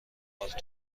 پالتو